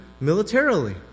militarily